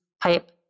pipe